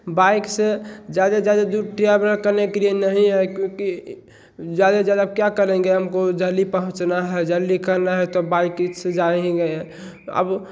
bike से puncture से ज्यादा दूर ट्रेवल करने के लिए नहीं है क्योंकि ज़्यादा से ज़्यादा क्या करेंगे हमको जल्दी पहुँचना है जल्दी करना है तो बाइक से ही जाएँगे अब